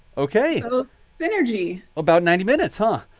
ok. so synergy. about ninety minutes, huh?